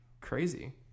Crazy